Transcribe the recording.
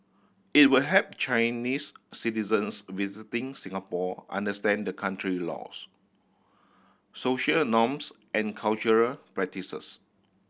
it will help Chinese citizens visiting Singapore understand the country laws social norms and cultural practices